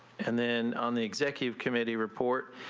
and then on the executive committee report